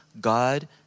God